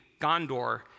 Gondor